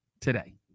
today